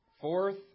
Fourth